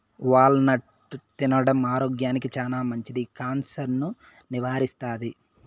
wall నట్ తినడం ఆరోగ్యానికి చానా మంచిది, క్యాన్సర్ ను నివారిస్తాది